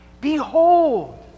Behold